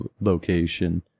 location